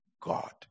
God